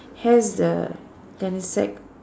has the gunny sack